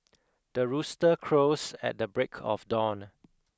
the rooster crows at the break of dawn